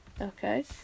Okay